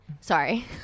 Sorry